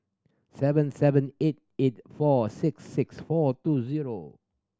seven seven eight eight four six six four two zero